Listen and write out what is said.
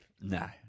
No